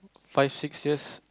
five six years